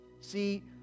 See